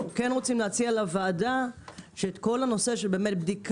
אנחנו כן רוצים להציע לוועדה שאת כל נושא בדיקת